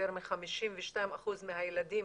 יותר מ-52% מהילדים